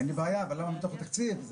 אין בעיה, אבל למה בתוך התקציב?